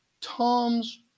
Tom's